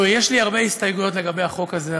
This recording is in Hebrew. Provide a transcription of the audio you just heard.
יש לי הרבה הסתייגויות מהחוק הזה,